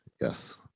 Yes